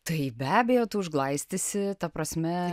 tai be abejotu užglaistysi ta prasme